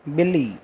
ॿिली